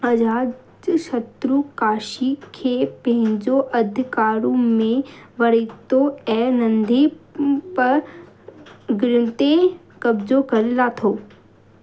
अजातशत्रु काशी खे पंहिंजो अधिकारु में वरितो ऐं नंढे परगि॒णती ते कब्ज़ो करे लाथो